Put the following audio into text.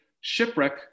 shipwreck